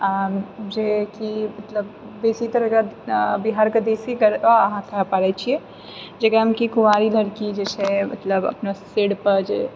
आओर जेकि मतलब बेसीतर एकरा बिहारके देशी अगर अहाँ करै छिए जकरामे कि कुँवारी लड़की जे छै मतलब अपना सिरपर जे